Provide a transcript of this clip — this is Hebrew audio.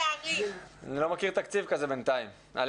אני לא מכיר תקציב כזה בינתיים.